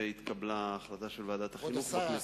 והתקבלה החלטה של ועדת החינוך בכנסת הקודמת.